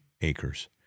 acres